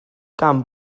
gan